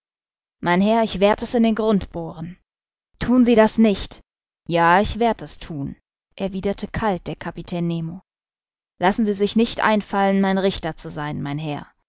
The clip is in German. mein herr ich werd es in den grund bohren thun sie das nicht ja ich werd es thun erwiderte kalt der kapitän nemo lassen sie sich nicht einfallen mein richter zu sein mein herr